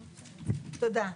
תודה.